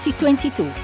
2022